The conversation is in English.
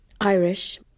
Irish